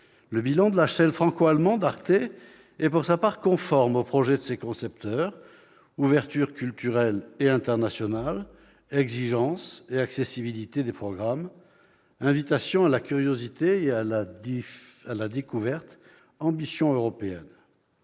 Le bilan de la chaîne franco-allemande Arte est, pour sa part, conforme au projet de ses concepteurs : ouverture culturelle et internationale, exigence et accessibilité des programmes, invitation à la curiosité et à la découverte, ambition européenne.